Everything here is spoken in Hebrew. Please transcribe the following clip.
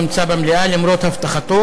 נדמה לי שהוא לא נמצא במליאה, למרות הבטחתו.